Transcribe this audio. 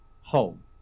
home